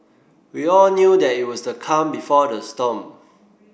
we all knew that it was the calm before the storm